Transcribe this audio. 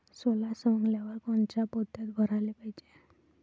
सोला सवंगल्यावर कोनच्या पोत्यात भराले पायजे?